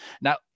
Now